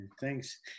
Thanks